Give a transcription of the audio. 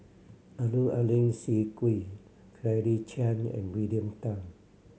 Abdul Aleem Siddique Claire Chiang and William Tan